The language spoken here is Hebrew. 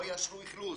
לא יאשרו אכלוס?